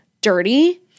dirty